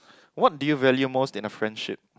what do you value most in a friendship